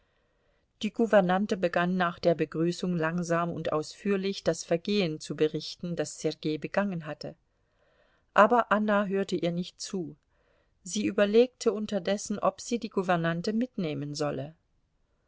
die gouvernante begann nach der begrüßung langsam und ausführlich das vergehen zu berichten das sergei begangen hatte aber anna hörte ihr nicht zu sie überlegte unterdessen ob sie die gouvernante mitnehmen solle